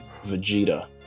Vegeta